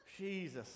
Jesus